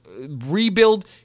Rebuild